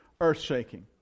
earth-shaking